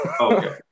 Okay